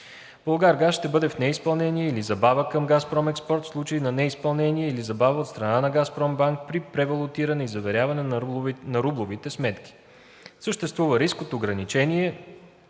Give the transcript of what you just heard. „Булгаргаз“ ще бъде в неизпълнение или забава към ООО „Газпром Експорт“ в случай на неизпълнение или забава от страна на „Газпромбанк“ при превалутиране и заверяване на рублевите сметки; съществува риск от ограничаване